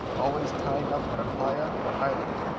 always tying up at a plaia or island,